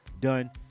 done